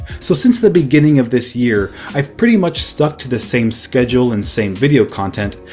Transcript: so since the beginning of this year i've pretty much stuck to the same schedule and same video content.